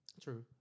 True